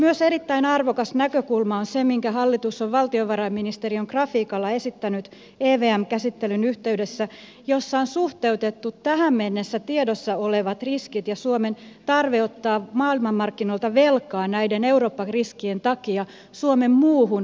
myös erittäin arvokas näkökulma on se minkä hallitus on valtiovarainministeriön grafiikalla esittänyt evm käsittelyn yhteydessä jossa on suhteutettu tähän mennessä tiedossa olevat riskit ja suomen tarve ottaa maailmanmarkkinoilta velkaa tämän eurokriisin takia suomen muuhun velkanäkymään